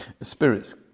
Spirits